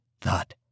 thought